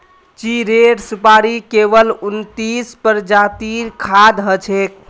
चीड़ेर सुपाड़ी केवल उन्नतीस प्रजातिर खाद्य हछेक